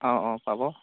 অ অ পাব